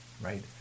right